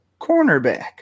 cornerback